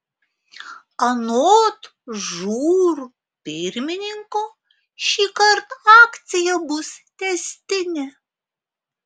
anot žūr pirmininko šįkart akcija bus tęstinė